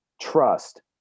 trust